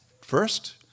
first